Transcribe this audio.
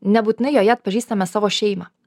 nebūtinai joje atpažįstame savo šeimą